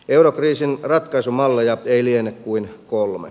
eurokriisin ratkaisumalleja ei liene kuin kolme